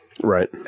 right